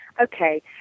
Okay